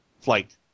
flight